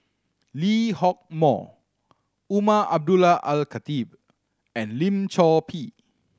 Lee Hock Moh Umar Abdullah Al Khatib and Lim Chor Pee